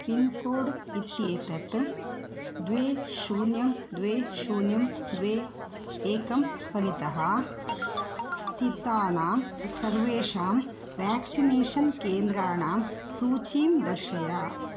pincode इत्येतत् द्वे शुन्यं द्वे शुन्यं द्वे एकं परितः स्थितानां सर्वेषां व्याक्सिनेषन् केन्द्राणां सूचीं दर्शय